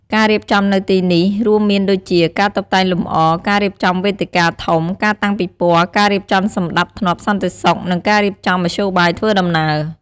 ការរៀបចំនៅទីនេះរួមមានដូជា ការតុបតែងលម្អ ការរៀបចំវេទិកាធំ ការតាំងពិព័រណ៍ ការរៀបចំសណ្ដាប់ធ្នាប់សន្តិសុខ និងការរៀបចំមធ្យោបាយធ្វើដំណើរ។